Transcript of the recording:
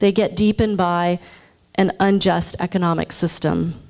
they get deepened by an unjust economic system